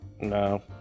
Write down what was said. No